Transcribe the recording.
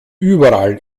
überall